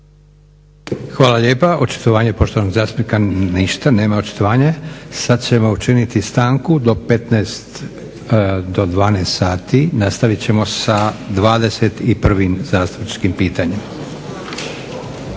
Hvala lijepa. Očitovanje poštovanog zastupnika, ništa, nema očitovanja. Sad ćemo učiniti stanku do 12 sati, nastavit ćemo sa 21 zastupničkim pitanjem.